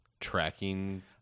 Tracking